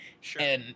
Sure